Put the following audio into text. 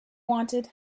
wanted